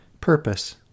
Purpose